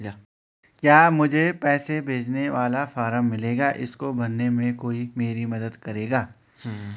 क्या मुझे पैसे भेजने वाला फॉर्म मिलेगा इसको भरने में कोई मेरी मदद करेगा?